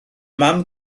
mam